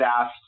asked